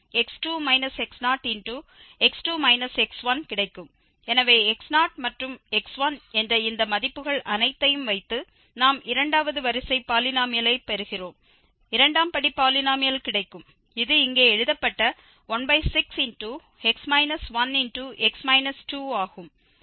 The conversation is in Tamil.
எனவே x0 மற்றும் x1 என்ற இந்த மதிப்புகள் அனைத்தையும் வைத்து நாம் இரண்டாவது வரிசை பாலினோமியலை பெறுகிறோம் இரண்டாம் படி பாலினோமியல் கிடைக்கும் இது இங்கே எழுதப்பட்ட 16 ஆகும்